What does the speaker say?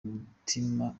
umutima